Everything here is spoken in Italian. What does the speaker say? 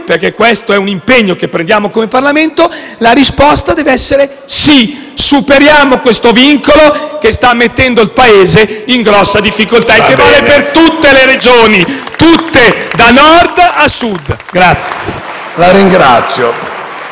poi - questo è un impegno che prendiamo come Parlamento - la risposta deve essere sì: superiamo questo vincolo che sta mettendo il Paese in grosse difficoltà e che vale per tutte le Regioni, da Nord a Sud. *(Applausi dai